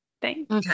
thanks